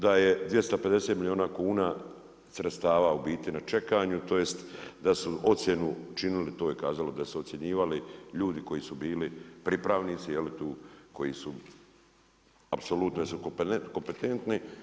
Da je 250 milijuna kuna sredstava u biti na čekanju, tj. da su ocjenu činili, to je kazala da su ocjenjivali ljudi koji su bili pripravnici, je li tu koji su apsolutno jesu li kompetentni.